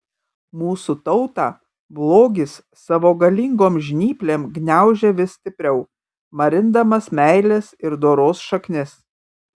mūsų tautą blogis savo galingom žnyplėm gniaužia vis stipriau marindamas meilės ir doros šaknis